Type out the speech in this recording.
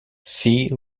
see